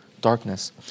darkness